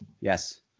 Yes